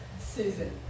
Susan